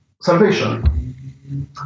salvation